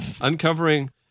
uncovering